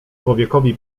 człowiekowi